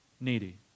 needy